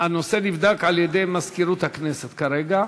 הנושא נבדק על-ידי מזכירות הכנסת כרגע,